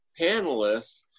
panelists